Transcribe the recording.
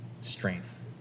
strength